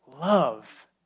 love